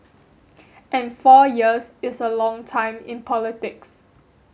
and four years is a long time in politics